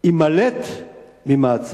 יימלט ממעצר.